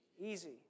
easy